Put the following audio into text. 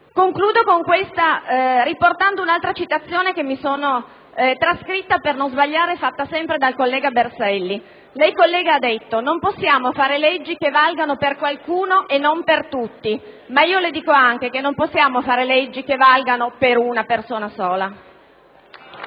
Concludo riportando un'altra citazione, che ho trascritto per non sbagliare, fatta sempre dal collega Berselli. Lei ha detto che non possiamo fare leggi che valgono per qualcuno e non per tutti. Io le dico anche che non possiamo fare leggi che valgano per una persona sola!